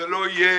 זזה לא יהיה.